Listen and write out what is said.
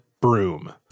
broom